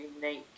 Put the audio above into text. unique